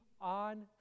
on